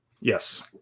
yes